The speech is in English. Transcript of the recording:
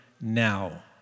now